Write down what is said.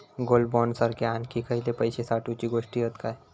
Gold bond सारखे आणखी खयले पैशे साठवूचे गोष्टी हत काय?